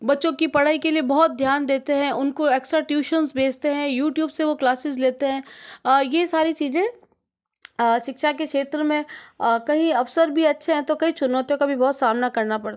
बच्चों की पढ़ाई के लिए बहुत ध्यान देते हैं उनको एक्स्ट्रा ट्यूशंस भेजते हैं यूट्यूब से वह क्लासेस लेते हैं ये सारी चीज़ें शिक्षा के क्षेत्र में कहीं अवसर भी अच्छा है तो कई चुनौतियों का भी बहुत सामना करना पड़